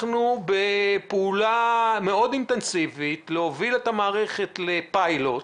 בפעולה מאוד אינטנסיבית הצלחנו להוביל את המערכת לפיילוט.